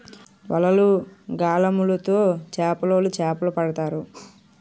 వలలు, గాలములు తో చేపలోలు చేపలు పడతారు